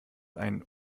ein